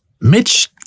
Mitch